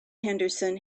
henderson